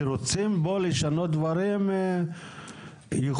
כי רוצים פה לשנות דברים, יכולים.